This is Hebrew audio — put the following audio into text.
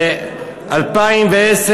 ב-2010,